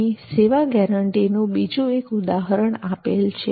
અહીં સેવા ગેરંટીનું બીજું એક ઉદાહરણ આપેલ છે